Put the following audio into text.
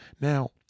Now